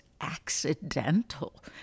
accidental